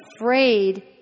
afraid